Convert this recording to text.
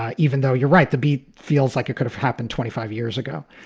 ah even though you're right, the beat feels like it could have happened twenty five years ago.